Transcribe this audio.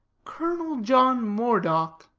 colonel john moredock,